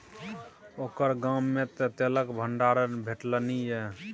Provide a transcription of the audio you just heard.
ओकर गाममे तँ तेलक भंडार भेटलनि ये